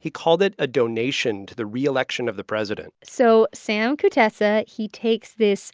he called it a donation to the re-election of the president so sam kutesa, he takes this